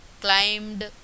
climbed